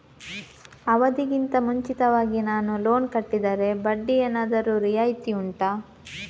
ಅವಧಿ ಗಿಂತ ಮುಂಚಿತವಾಗಿ ನಾನು ಲೋನ್ ಕಟ್ಟಿದರೆ ಬಡ್ಡಿ ಏನಾದರೂ ರಿಯಾಯಿತಿ ಉಂಟಾ